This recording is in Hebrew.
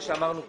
מה שאמרנו קודם.